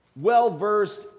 well-versed